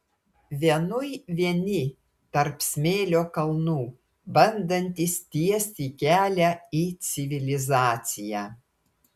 vienui vieni tarp smėlio kalnų bandantys tiesti kelią į civilizaciją